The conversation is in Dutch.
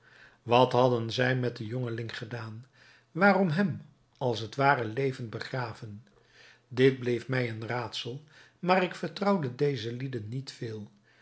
wat hadden zij met den jongeling gedaan waarom hem als t ware levend begraven dit bleef mij een raadsel maar ik vertrouwde deze lieden niet veel